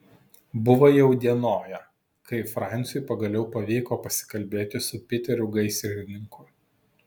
buvo jau įdienoję kai franciui pagaliau pavyko pasikalbėti su piteriu gaisrininku